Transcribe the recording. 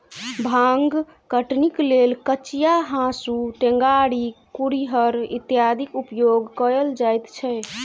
भांग कटनीक लेल कचिया, हाँसू, टेंगारी, कुरिहर इत्यादिक उपयोग कयल जाइत छै